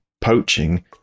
poaching